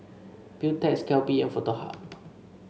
Beautex Calbee and Foto Hub